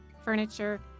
furniture